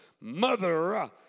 Mother